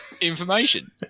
information